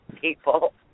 people